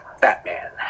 Batman